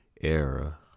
era